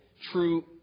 true